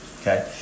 okay